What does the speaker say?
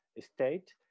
state